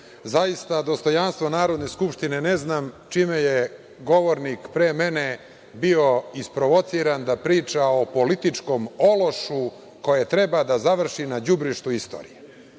106.Zaista, dostojanstvo Narodne skupštine ne znam čime je govornik pre mene bio isprovociran da priča o političkom ološu koje treba da završi na đubrištu istorije.